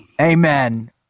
Amen